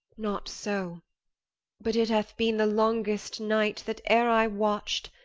not so but it hath been the longest night that e'er i watch'd,